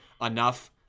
enough